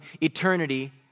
eternity